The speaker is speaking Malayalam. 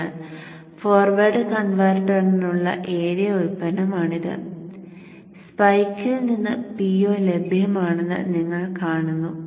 അതിനാൽ ഫോർവേഡ് കൺവെർട്ടറിനുള്ള ഏരിയ ഉൽപ്പന്നമാണിത് സ്പെക്കിൽ നിന്ന് Po ലഭ്യമാണെന്ന് നിങ്ങൾ കാണുന്നു